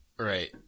Right